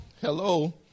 Hello